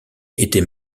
était